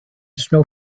snow